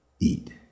eat